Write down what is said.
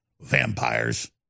Vampires